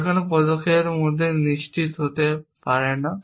যে কোনও পদক্ষেপের মধ্যে নিশ্চিত হতে পারে না